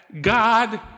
God